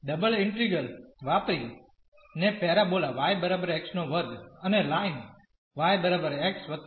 double integral વાપરી ને parabola yx2 અને લાઇન y x 2